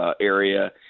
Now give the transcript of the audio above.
area